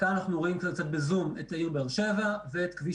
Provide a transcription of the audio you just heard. כאן אנחנו רואים את העיר באר שבע ואת כביש